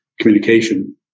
communication